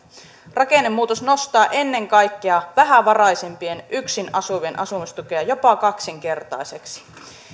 rakennemuutos nostaa ennen kaikkea vähävaraisempien yksin asuvien asumistukea jopa kaksinkertaiseksi